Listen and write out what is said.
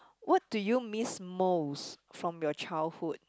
what do you miss most from your childhood